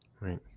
Right